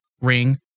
ring